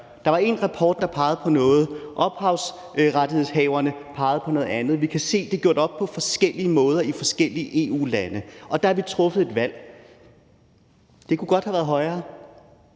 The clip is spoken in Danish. Der var én rapport, der pegede på noget. Ophavsrettighedshaverne pegede på noget andet. Vi kan se det gjort op på forskellige måder i forskellige EU-lande, og der har vi truffet et valg. Det kunne godt have været højere.